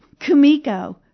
Kumiko